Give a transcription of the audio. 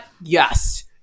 Yes